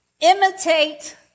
Imitate